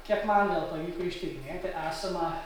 kiek man vėl pavyko ištyrinėti esama